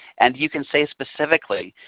and you can say specifically,